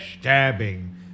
Stabbing